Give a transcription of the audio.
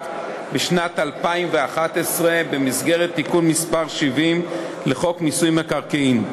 בשנת 2011 במסגרת תיקון מס' 70 לחוק מיסוי מקרקעין.